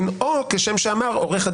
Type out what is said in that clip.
זה שמישהו אחר אומר --- לא הבנתי.